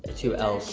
two l's